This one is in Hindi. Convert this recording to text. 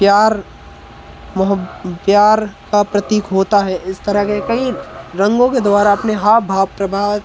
प्यार मोहब प्यार का प्रतीक होता है इस तरह के कई रंगों के द्वारा अपने हाव भाव प्रभाव